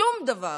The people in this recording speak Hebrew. שום דבר